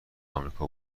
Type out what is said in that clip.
آمریکا